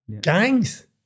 gangs